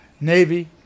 Navy